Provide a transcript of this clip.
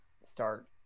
start